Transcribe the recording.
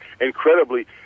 incredibly